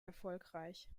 erfolgreich